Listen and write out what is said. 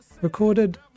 recorded